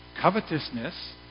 Covetousness